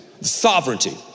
sovereignty